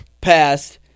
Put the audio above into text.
Passed